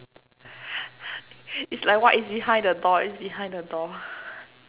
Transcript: is like what is behind the door is behind the door